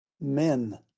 men